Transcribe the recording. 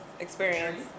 Experience